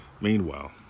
Meanwhile